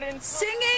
Singing